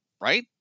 Right